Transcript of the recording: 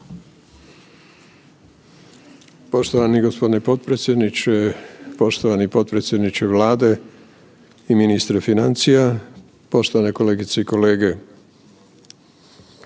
Poštovani g. potpredsjedniče, poštovani potpredsjedniče Vlade i ministre financija. Poštovani kolegice i kolege.